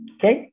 Okay